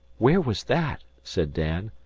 where was that? said dan.